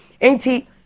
Auntie